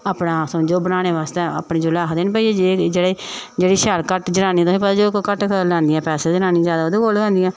अपना समझो बनाने बास्तै अपने जिसलै आखदे नी भई जेह्ड़ी जेह्ड़ी शैल घट्ट जनानी तुसेंगी पता जेह्ड़ी घट्ट लैंदियां पैसे जनानियां ओह्दे कोल गै जंदियां